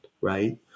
Right